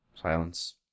Silence